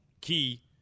Key